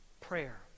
Prayer